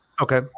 Okay